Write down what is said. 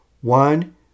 One